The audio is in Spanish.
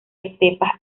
estepas